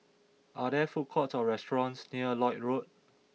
are there food courts or restaurants near Lloyd Road